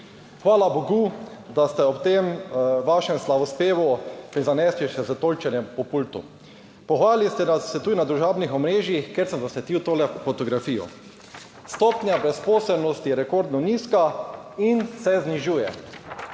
Hvala bogu, da ste ob tem svojem slavospevu prizanesli še s tolčenjem po pultu. Pohvalili ste nas tudi na družabnih omrežjih, kjer sem zasledil tole fotografijo: »Stopnja brezposelnosti je rekordno nizka in se znižuje.«